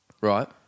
right